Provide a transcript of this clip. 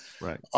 right